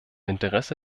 interesse